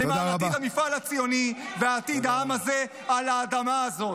למען עתיד המפעל הציוני ועתיד העם הזה על האדמה הזאת.